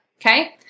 okay